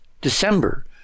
December